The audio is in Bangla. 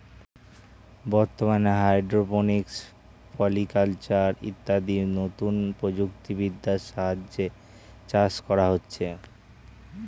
বর্তমানে হাইড্রোপনিক্স, পলিকালচার ইত্যাদি নতুন প্রযুক্তি বিদ্যার সাহায্যে চাষ করা হচ্ছে